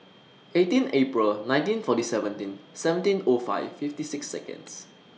eighteen April nineteen forty seventeen seventeen O five fifty six Seconds